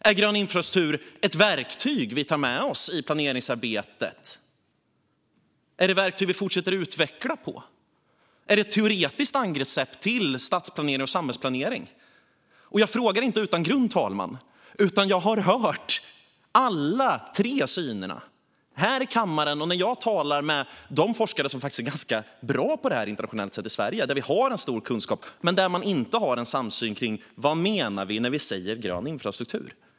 Är grön infrastruktur ett verktyg som vi tar med oss i planeringsarbetet? Är det ett verktyg som vi fortsätter att utveckla? Är det ett teoretiskt angreppssätt till stadsplanering och samhällsplanering? Jag frågar inte utan grund, fru talman, utan jag har hört alla tre synerna här i kammaren och när jag talat med de forskare i Sverige som faktiskt är ganska bra på det här internationellt sett. Vi har en stor kunskap men ingen samsyn kring vad vi menar när vi säger "grön infrastruktur".